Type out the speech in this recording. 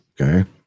Okay